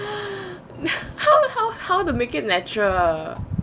how how how to make it natural